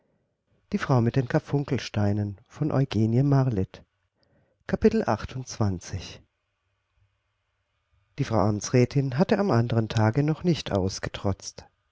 die frau amtsrätin hatte am andern tage noch nicht ausgetrotzt